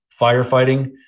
firefighting